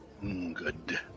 Good